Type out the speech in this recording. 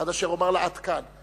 עד אשר אומר לה: עד כאן.